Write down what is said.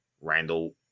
Randall